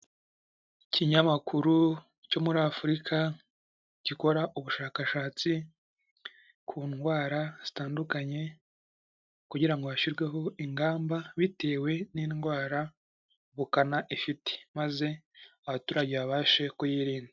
Ikinyamakuru cyo muri Afurika gikora ubushakashatsi ku ndwara zitandukanye kugira ngo hashyirweho ingamba bitewe n'indwara ubukana ifite maze abaturage babashe kuyirinda.